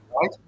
right